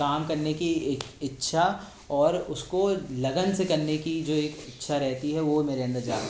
काम करने की इच्छा और उसको लगन से करने की जो एक इच्छा रहती है वो मेरे अन्दर जाग